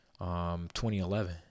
2011